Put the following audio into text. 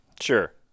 Sure